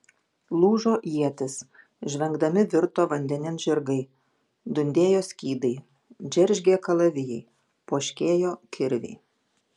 lūžo ietys žvengdami virto vandenin žirgai dundėjo skydai džeržgė kalavijai poškėjo kirviai